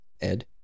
Ed